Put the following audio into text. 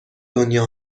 دنیا